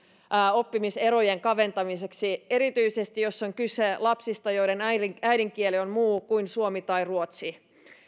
oppimiserojen kaventamiseksi erityisesti jos on kyse lapsista joiden äidinkieli äidinkieli on muu kuin suomi tai ruotsi